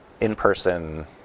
in-person